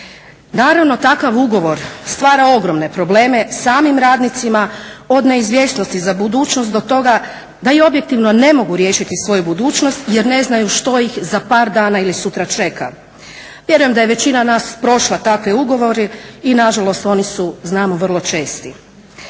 Naravno takav ugovor stvara ogromne probleme samim radnicima, od neizvjesnosti za budućnost do toga da objektivno ne mogu riješiti svoju budućnost jer ne znaju što iz za par dana ili sutra čeka. Vjerujem da je većina nas prošla takve ugovore i nažalost oni su znamo vrlo česti.